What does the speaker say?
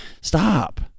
Stop